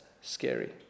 scary